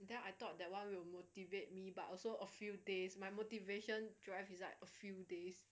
then I thought that [one] will motivate me but also a few days my motivation drive is like a few days eh wait what you what you think about